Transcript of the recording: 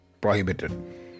prohibited